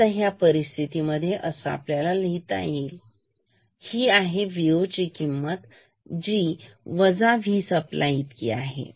आता या परिस्थितीमध्ये असे लिहिता येईल की Vo ची आता ची किंमत आहे जी V सप्लाय किमती इतकी आहे